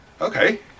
Okay